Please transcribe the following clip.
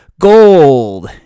Gold